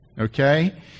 Okay